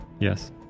Yes